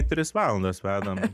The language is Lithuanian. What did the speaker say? tris valandas vedam